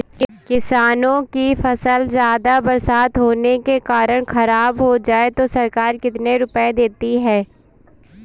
किसानों की फसल ज्यादा बरसात होने के कारण खराब हो जाए तो सरकार कितने रुपये देती है?